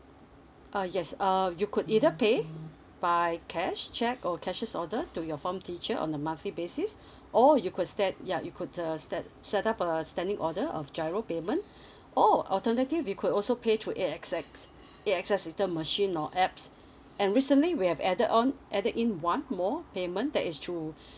uh yes uh you could either pay by cash cheque or cashiers order to your form teacher on a monthly basis or you could stat~ ya you could uh stat~ set up a standing order of giro payment or alternative you could also pay through A_X_S A_X_S with the machine or apps and recently we have added on add in one more payment that is through